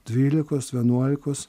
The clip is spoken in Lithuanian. dvylikos vienuolikos